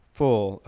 full